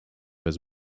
his